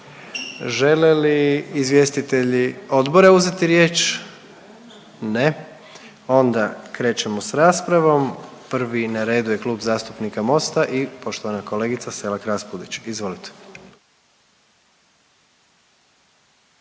Žele li izvjestitelji odbora uzeti riječ? Ne. Onda krećemo sa raspravom. Prvi na redu je Klub zastupnika MOST-a i poštovana kolegica Selak-Raspudić, izvolite.